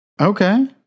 Okay